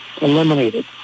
eliminated